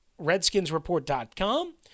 RedskinsReport.com